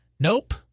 Nope